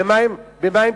במה הם דנים?